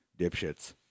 dipshits